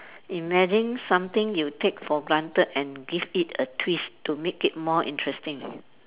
imagine something you take for granted and give it a twist to make it more interesting